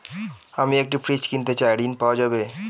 আমি একটি ফ্রিজ কিনতে চাই ঝণ পাওয়া যাবে?